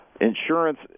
insurance